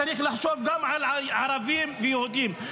צריך לחשוב גם על ערבים ויהודים.